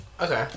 Okay